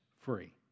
free